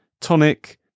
tonic